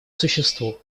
существу